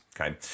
Okay